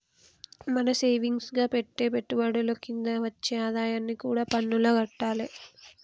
మనం సేవింగ్స్ గా పెట్టే పెట్టుబడుల కింద వచ్చే ఆదాయానికి కూడా పన్నులు గట్టాలే